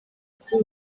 kuri